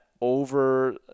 over